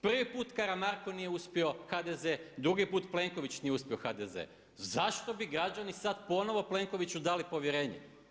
Prvi put Karamarko nije uspio, HDZ, drugi put Plenković nije uspio HDZ, zašto bi građani sad ponovno Plenkoviću dali povjerenje?